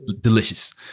delicious